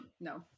no